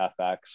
FX